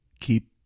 Keep